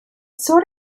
sort